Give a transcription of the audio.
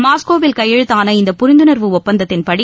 மாஸ்கோவில் கையெழுத்தான இந்த புரிந்துணா்வு ஒப்பந்தத்தின்படி